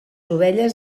ovelles